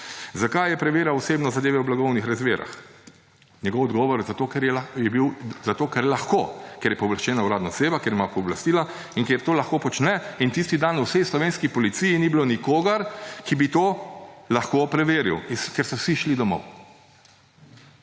Zakaj je preverjal osebno zadeve v blagovnih rezervah? Njegov odgovor je bil – zato, ker lahko, ker je pooblaščena uradna oseba, ker ima pooblastila in ker to lahko počne. In tisti dan v vsej slovenski policiji ni bilo nikogar, ki bi to lahko preveril, ker so vsi šli domov.